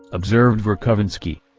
observed verkovensky.